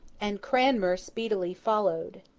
and cranmer speedily followed.